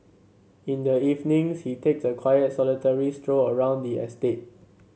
in the evenings he takes a quiet solitary stroll around the estate